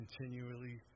continually